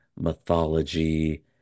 mythology